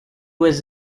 was